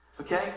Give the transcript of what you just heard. Okay